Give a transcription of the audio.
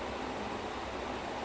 mm what do you think of that